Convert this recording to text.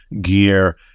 gear